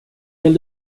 vill